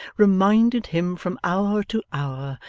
reminded him, from hour to hour,